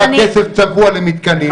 היה כסף צבוע למתקנים,